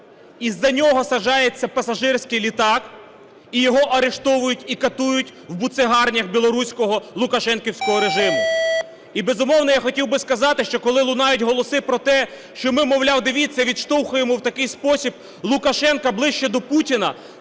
із-за нього саджається пасажирський літак, і його арештовують і катують в буцегарнях білоруського лукашенківського режиму. І, безумовно, я хотів би сказати, що коли лунають голоси про те, що ми, мовляв, дивіться, відштовхуємо в такий спосіб Лукашенка ближче до Путіна,